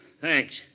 Thanks